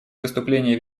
выступление